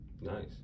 nice